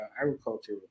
Agriculture